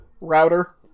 router